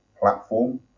platform